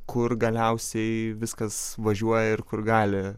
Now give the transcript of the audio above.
kur galiausiai viskas važiuoja ir kur gali